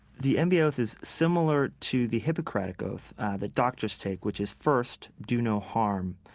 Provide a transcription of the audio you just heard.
the and mba oath is similar to the hippocratic oath that doctors take which is, first, do no harm.